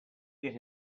get